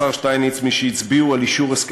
השר שטייניץ,